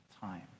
time